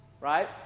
Right